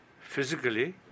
physically